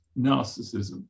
narcissism